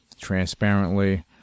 transparently